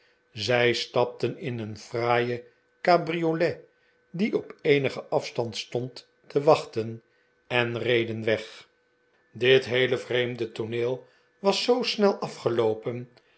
zij stapten in een fraaie cabriolet die op eenigen afstand stond te wachten en reden weg dit heele vreefnde tooneel was zoo snel afgeloopen